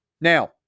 Now